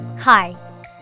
Hi